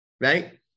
right